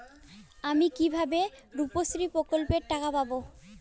আমি কিভাবে রুপশ্রী প্রকল্পের টাকা পাবো?